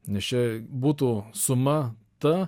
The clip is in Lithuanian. nes čia būtų suma ta